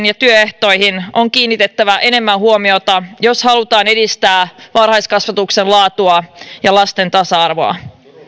ja työehtoihin on kiinnitettävä enemmän huomiota jos halutaan edistää varhaiskasvatuksen laatua ja lasten tasa arvoa